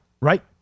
Right